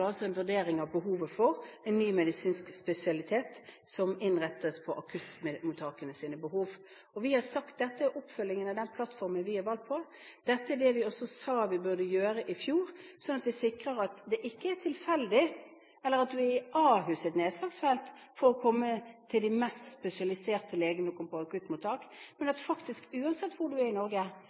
en vurdering av behovet for en ny medisinsk spesialitet som innrettes etter akuttmottakenes behov. Vi har sagt at dette er oppfølgingen av den plattformen vi er valgt på. Dette er også det vi sa vi burde gjøre i fjor. Vi sikrer at det ikke er tilfeldig, at man må være i Ahus’ nedslagsfelt for å komme til de mest spesialiserte legene når man kommer på akuttmottak, men at man faktisk uansett hvor man er i Norge,